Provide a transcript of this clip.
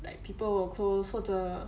like people 我 close 或者